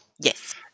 Yes